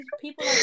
people